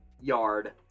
yard